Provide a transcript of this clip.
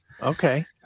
Okay